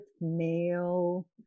male